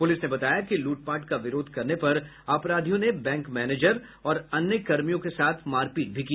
police ने बताया कि लूटपाट का विरोध करने पर अपराधियों ने बैंक मैनेजर और अन्य कर्मियों के साथ मारपीट भी की